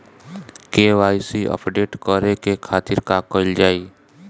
KYC update करे के खातिर का कइल जाइ?